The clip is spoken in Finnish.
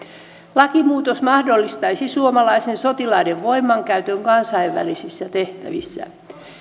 lakimuutos mahdollistaisi suomalaisten sotilaiden voimankäytön kansainvälisissä tehtävissä